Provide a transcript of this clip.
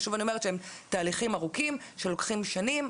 ושוב אני אומרת שהם תהליכים ארוכים שלוקחים שנים.